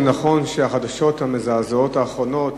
זה נכון שהחדשות המזעזעות האחרונות